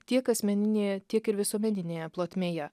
tiek asmeninėje tiek ir visuomeninėje plotmėje